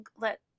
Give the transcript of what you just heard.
let